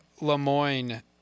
Lemoyne